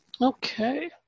Okay